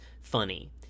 funny